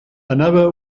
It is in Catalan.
anava